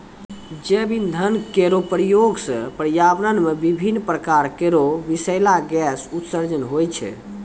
जैव इंधन केरो प्रयोग सँ पर्यावरण म विभिन्न प्रकार केरो बिसैला गैस उत्सर्जन होय छै